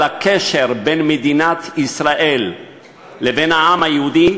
הקשר בין מדינת ישראל לבין העם היהודי,